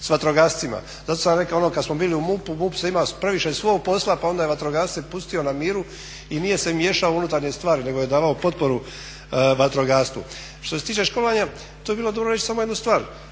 sa vatrogascima. Zato sam rekao ono kad smo bili u MUP-u, MUP ima previše svog posla pa onda je vatrogasce pustio na miru i nije se miješao u unutarnje stvari, nego je davao potporu vatrogastvu. Što se tiče školovanja tu bi bilo dobro reći damo jednu stvar.